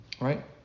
right